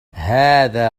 هذا